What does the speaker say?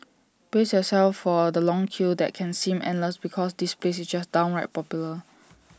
brace yourself for the long queue that can seem endless because this place is just downright popular